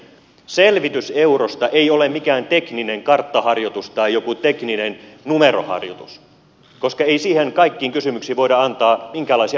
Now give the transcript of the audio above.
selvitys eurosta ei ole mikään tekninen karttaharjoitus tai jokin tekninen numeroharjoitus koska kaikkiin kysymyksiin ei voida antaa minkäänlaisia vastauksia